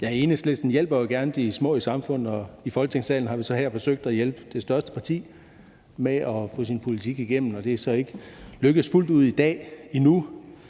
Enhedslisten hjælper jo gerne de små i samfundet, og her i Folketingssalen har vi så forsøgt at hjælpe det største parti med at få sin politik igennem, og det er så endnu ikke lykkedes fuldt ud i dag.